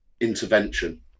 intervention